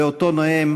ואותו נואם